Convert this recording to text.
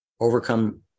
Overcome